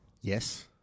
Yes